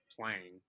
playing